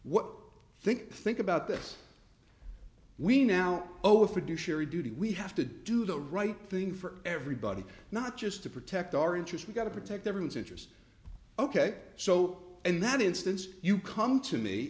think think about this we now over fiduciary duty we have to do the right thing for everybody not just to protect our interest we've got to protect everyone's interest ok so in that instance you come to me